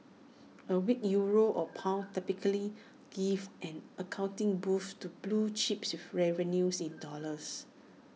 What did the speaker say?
A weak euro or pound typically give an accounting boost to blue chips with revenues in dollars